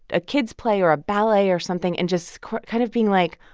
a kid's play or a ballet or something, and just kind of being like,